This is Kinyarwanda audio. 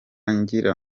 ngira